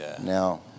now